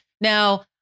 now